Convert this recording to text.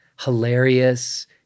hilarious